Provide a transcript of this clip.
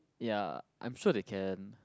ya I'm sure they can